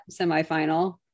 semifinal